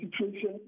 situation